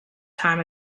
time